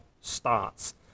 starts